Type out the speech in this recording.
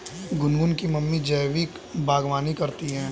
गुनगुन की मम्मी जैविक बागवानी करती है